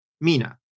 Mina